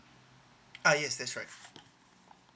uh yes that's right